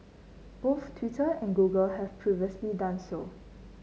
both Twitter and Google have previously done so